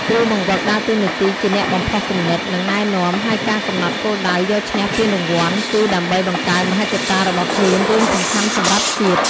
គ្រូបង្វឹកដើរតួនាទីជាអ្នកបំផុសគំនិត និងណែនាំ ហើយការកំណត់គោលដៅយកឈ្នះពានរង្វាន់ គឺដើម្បីបង្កើនមហិច្ឆតារបស់ខ្លួនរឿងសំខាន់សម្រាប់ជាតិ។